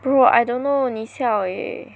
bro I dunno 你 siao eh